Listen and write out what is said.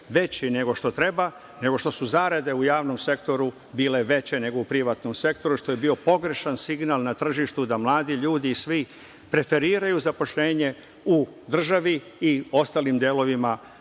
veći nego što treba, nego što su zarade u javnom sektoru bile veće nego u privatnom sektoru, što je bio pogrešan signal na tržištu, da mladi ljudi i svi preferiraju zaposlenje u državi i ostalim delovima